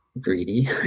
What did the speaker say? greedy